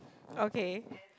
okay